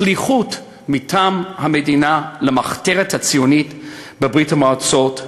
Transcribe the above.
שליחות מטעם המדינה למחתרת הציונית בברית-המועצות.